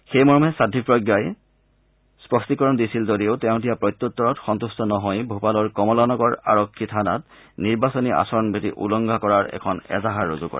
সেই মৰ্মে সাধবী প্ৰজ্ঞাই স্পষ্টীকৰণ দিছিল যদিও তেওঁ দিয়া প্ৰত্যুত্তৰত সন্তেষ্ট নহৈ ভূপালৰ কমলানগৰ থানাত নিৰ্বাচনী আচৰণ বিধি উলংঘা কৰাৰ এখন এজাহাৰ ৰুজু কৰে